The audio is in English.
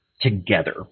together